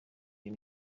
iyo